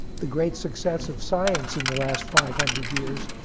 the great success of science in the last five hundred years